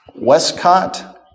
Westcott